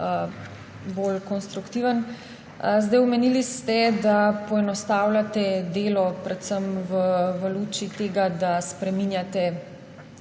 bolj konstruktiven. Omenili ste, da poenostavljate delo predvsem v luči tega, da spreminjate